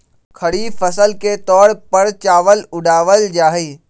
खरीफ फसल के तौर पर चावल उड़ावल जाहई